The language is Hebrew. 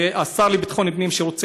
והשר לביטחון פנים,